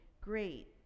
great